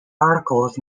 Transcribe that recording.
articles